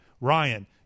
Ryan